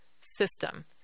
system